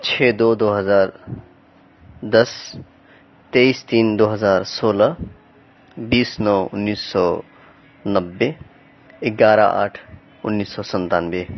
چھ دو دو ہزار دس تیئس تین دو ہزار سولہ بیس نو اُنیس سو نبے ایک گیارہ آٹھ اُنیس سو ستانوے